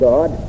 God